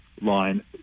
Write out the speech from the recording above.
line